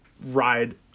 ride